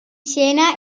siena